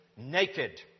naked